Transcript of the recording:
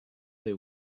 they